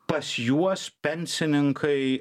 pas juos pensininkai